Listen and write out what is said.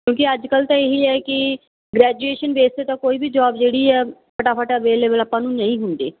ਕਿਉਂਕਿ ਅੱਜ ਕੱਲ੍ਹ ਤਾਂ ਇਹ ਹੀ ਹੈ ਕਿ ਗ੍ਰੈਜੂਏਸ਼ਨ ਬੇਸ 'ਤੇ ਤਾਂ ਕੋਈ ਵੀ ਜੋਬ ਜਿਹੜੀ ਆ ਫਟਾਫਟ ਅਵੇਲੇਬਲ ਆਪਾਂ ਨੂੰ ਨਹੀਂ ਹੁੰਦੇ